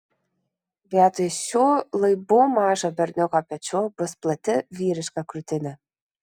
vietoj šių laibų mažo berniuko pečių bus plati vyriška krūtinė